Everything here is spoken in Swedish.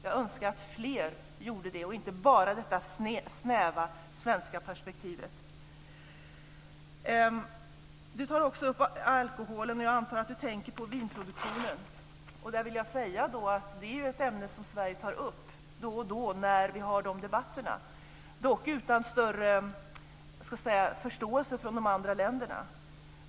Jag önskar att fler gjorde det och inte bara utgick från det snäva svenska perspektivet. Frågan om alkoholen har också tagits upp, och jag antar att det är vinproduktionen som avses. Det är en fråga som Sverige tar upp då och då när det förs sådana debatter, dock utan någon större förståelse från de andra länderna.